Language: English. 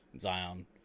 Zion